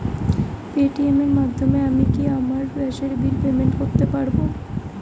Paytm এর মাধ্যমে আমি কি আমার গ্যাসের বিল পেমেন্ট করতে পারব?